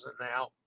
now